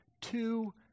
Two